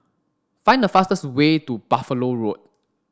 find the fastest way to Buffalo Road